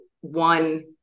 one